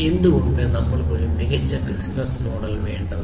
എന്തുകൊണ്ടാണ് നമ്മൾക്ക് ഒരു മികച്ച ബിസിനസ്സ് മോഡൽ വേണ്ടത്